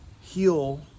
heal